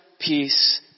peace